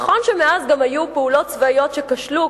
נכון שמאז גם היו פעולות צבאיות שכשלו,